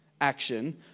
action